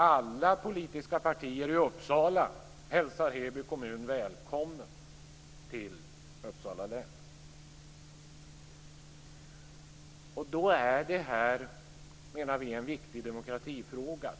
Alla politiska partier i Uppsala hälsar Heby kommun välkommen till Uppsala län. Då är det här, menar vi, en viktig demokratifråga.